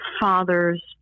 fathers